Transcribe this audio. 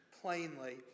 plainly